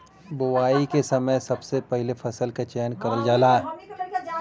बोवाई के समय सबसे पहिले फसल क चयन करल जाला